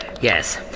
Yes